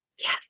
Yes